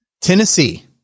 Tennessee